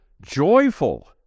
joyful